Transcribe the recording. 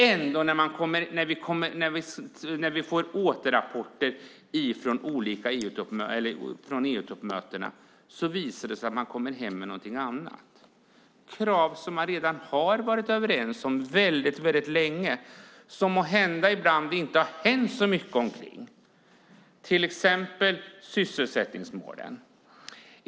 Ändå visar det sig, när vi får återrapporter från EU-toppmötena, att man kommer hem med någonting annat. Krav som man redan har varit överens om väldigt länge har det måhända inte hänt så mycket omkring, till exempel sysselsättningsmålen.